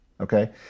Okay